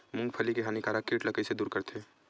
मूंगफली के हानिकारक कीट ला कइसे दूर करथे?